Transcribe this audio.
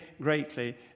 greatly